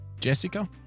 Jessica